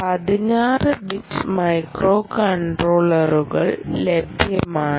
16 bit മൈക്രോകൺട്രോളറുകൾ ലഭ്യമാണ്